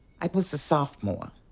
i was a sophomore,